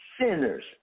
sinners